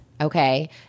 Okay